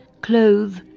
clothe